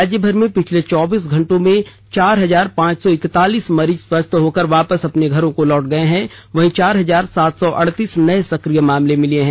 राज्यभर में पिछले चौबीस घंटों में चार हजार पांच सौ इकतालीस मरीज स्वस्थ होकर वापस अपने घरों को लौटे हैं वहीं चार हजार सात सौ अडतीस नये सक्रिय मामले मिले हैं